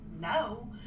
No